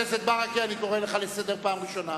ברכה, אני קורא לך לסדר פעם ראשונה.